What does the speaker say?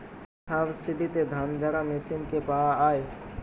সাবসিডিতে ধানঝাড়া মেশিন কি পাওয়া য়ায়?